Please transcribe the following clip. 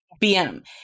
BM